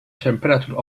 temperature